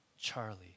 Charlie